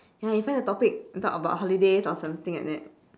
ya you find a topic to talk about holidays or something like that